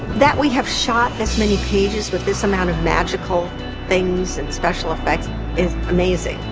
that we have shot this many pages with this amount of magical things and special effects is amazing.